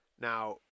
Now